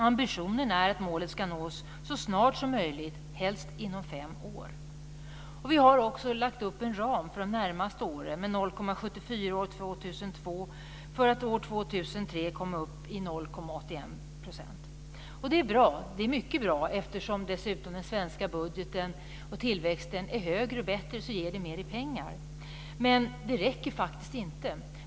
Ambitionen är att målet skall nås så snart som möjligt, helst inom fem år." Vi har också lagt upp en ram för de närmaste åren. Vi har fastslagit 0,74 % år 2002, för att år 2003 komma upp i 0,81 %. Och det är mycket bra. Eftersom den svenska budgeten och tillväxten är bättre ger det mer i pengar. Men det räcker faktiskt inte.